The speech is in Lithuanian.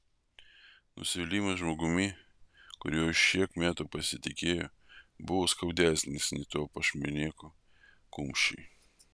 nusivylimas žmogumi kuriuo šitiek metų pasitikėjo buvo skaudesnis nei to pašlemėko kumščiai